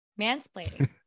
mansplaining